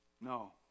No